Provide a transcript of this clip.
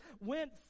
went